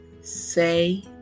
say